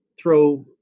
throw